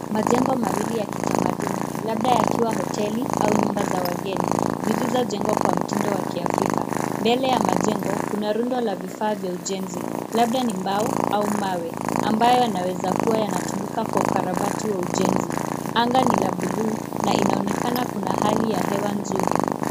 Majengo mawili ya kitamaduni, labda yakiwa hoteli au nyumba za wageni, zilizojengwa kwa mtindo wa kiafrika. Mbele ya majengo, kuna rundo la vifaa vya ujenzi. Labda ni mbao au mawe, ambayo yanaweza kuwa yanatumika kwa ukarabati wa ujenzi. Anga ni la bluu, na inaonekana kuna hali ya hewa nzuri.